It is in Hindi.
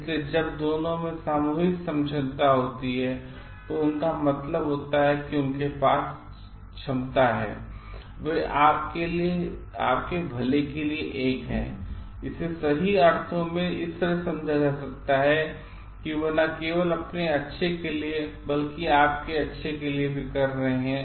इसलिए जब दोनों में उनकी सामूहिक सक्षमता होती हैं तो उनका मतलब होता है कि उनके पास उनकी क्षमता है और वे आपके भले के लिए एक हैं इसे सही अर्थों में इस तरह समझा जा सकता है कि वे न केवल अपने अच्छे के लिए बल्कि आपके अच्छे के लिए भी कर रहे हैं